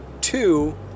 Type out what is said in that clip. two